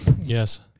yes